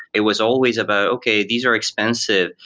it was always about, okay. these are expensive.